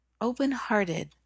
Open-hearted